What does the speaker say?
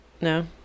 no